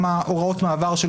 גם הוראות המעבר,